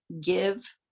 give